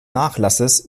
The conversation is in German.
nachlasses